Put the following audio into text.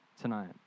tonight